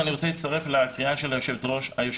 אני רוצה להצטרף לקריאה של היושבת-ראש: